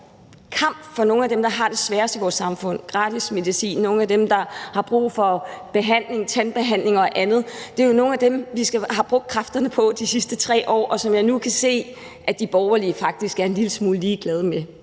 kamp for nogle af dem, der har det sværest i vores samfund – for eksempel for at sikre dem gratis medicin – og nogle af dem, der har brug for behandling, tandbehandling og andet, er noget af det, vi har brugt kræfterne på de sidste 3 år, og jeg kan nu se, at de borgerlige faktisk er en lille smule ligeglade med